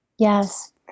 Yes